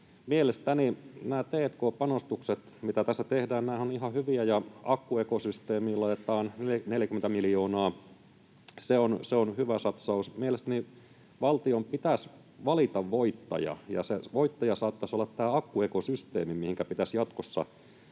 tehdään, ovat ihan hyviä, ja akkuekosysteemiin laitetaan 40 miljoonaa, se on hyvä satsaus. Mielestäni valtion pitäisi valita voittaja, ja se voittaja saattaisi olla tämä akkuekosysteemi, mihinkä pitäisi jatkossa